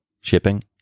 shipping